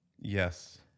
Yes